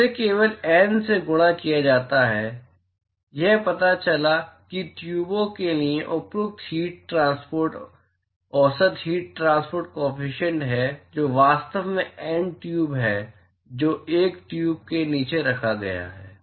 इसे केवल N से गुणा किया जाता है यह पता चला है कि ट्यूबों के लिए उपयुक्त हीट ट्रांसपोर्ट औसत हीट ट्रांसपोर्ट काॅफिशियंट है जो वास्तव में एन ट्यूब हैं जो एक दूसरे के नीचे रखा गया है